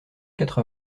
quatre